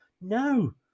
no